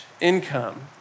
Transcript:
income